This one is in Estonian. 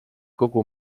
kogu